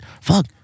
fuck